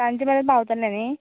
सांजचे मेरेन पावतले नी